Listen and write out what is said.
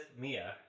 Mia